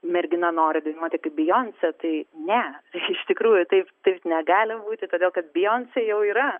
mergina nori dainuoti kaip bijoncė tai ne iš iš tikrųjų taip taip negali būti todėl kad bijoncė jau yra